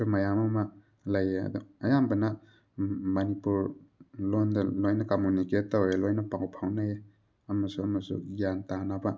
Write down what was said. ꯁꯨ ꯃꯌꯥꯝ ꯑꯃ ꯂꯩꯌꯦ ꯑꯗꯣ ꯑꯌꯥꯝꯕꯅ ꯃꯅꯤꯄꯨꯔ ꯂꯣꯟꯗ ꯂꯣꯏꯅ ꯀꯝꯃꯨꯅꯤꯀꯦꯠ ꯇꯧꯔꯦ ꯂꯣꯏꯅ ꯄꯥꯎ ꯐꯥꯎꯅꯩꯌꯦ ꯑꯃꯁꯨ ꯑꯃꯁꯨ ꯒ꯭ꯌꯥꯟ ꯇꯥꯅꯕ